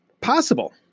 possible